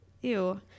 Ew